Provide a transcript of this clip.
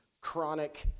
chronic